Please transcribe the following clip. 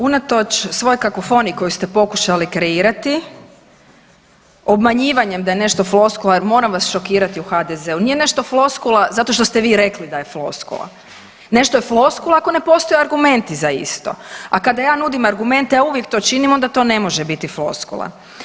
Unatoč svoj kakofoniji koju ste pokušali kreirati obmanjivanjem da je nešto floskula jer moram vas šokirati u HDZ-u, nije nešto floskula zato što ste vi rekli da je floskula, nešto je floskula ako ne postoje argumenti za isto, a kada ja nudim argumente, ja uvijek to činim, onda to ne može biti floskula.